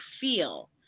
feel